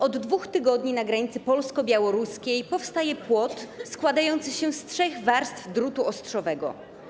Od 2 tygodni na granicy polsko-białoruskiej powstaje płot składający się z trzech warstw drutu ostrzowego.